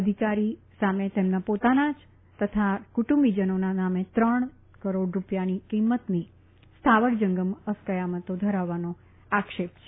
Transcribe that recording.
અધિકારી સામે તેમના પોતાના તથા કુટુંબીજોનોના નામે ત્રણ કરોડ રૂપિયાની કિંમતની સ્થાવર જંગમ અસ્કયમતો ધરાવવાનો આરોપ છે